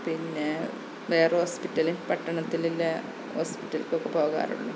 പിന്നെ വേറെ ഹോസ്പിറ്റല് പട്ടണത്തിലില്ലെ ഹോസ്പിറ്റലിലേക്കൊക്കെ പോകാറുള്ളൂ